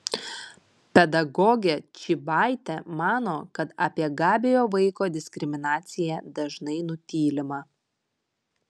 pedagogė čybaitė mano kad apie gabiojo vaiko diskriminaciją dažnai nutylima